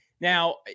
Now